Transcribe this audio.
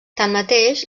tanmateix